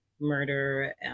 murder